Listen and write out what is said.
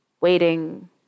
waiting